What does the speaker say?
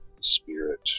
spirit